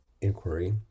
inquiry